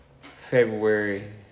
February